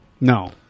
No